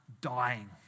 dying